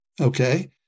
okay